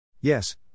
Yes